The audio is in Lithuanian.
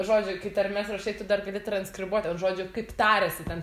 žodžiu kai tarmes rašai tu dar gali transkribuot žodžiu kaip tariasi ten